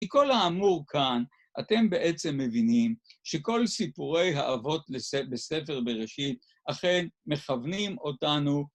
כי כל האמור כאן, אתם בעצם מבינים שכל סיפורי האבות בספר בראשית אכן מכוונים אותנו